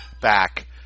back